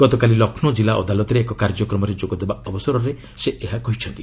ଗତକାଲି ଲକ୍ଷ୍ନୌ ଜିଲ୍ଲା ଅଦାଲତରେ ଏକ କାର୍ଯ୍ୟକ୍ରମରେ ଯୋଗଦେବା ଅବସରରେ ସେ ଏହା କହିଛନ୍ତି